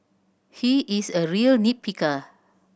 he is a real nit picker